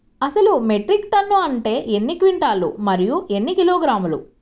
అసలు metric ton అంటే ఎన్ని క్వింటాలు మరియు ఎన్ని కిలోగ్రాములు?